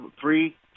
three